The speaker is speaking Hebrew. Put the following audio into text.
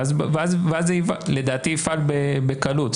ואז לדעתי זה יפעל בקלות.